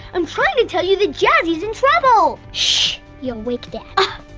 i'm trying to tell you that jazzy's in trouble! shhh you'll wake dad! ah